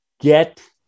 get